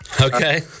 Okay